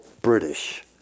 British